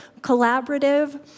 collaborative